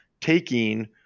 taking